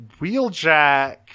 Wheeljack